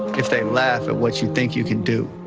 if they laugh at what you think you can do,